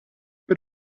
but